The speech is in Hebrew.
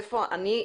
איפה אני,